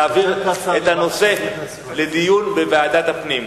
להעביר את הנושא לדיון בוועדת הפנים,